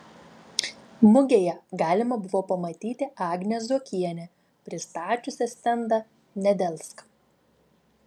mugėje galima buvo pamatyti agnę zuokienę pristačiusią stendą nedelsk